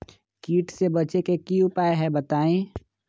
कीट से बचे के की उपाय हैं बताई?